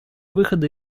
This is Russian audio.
выхода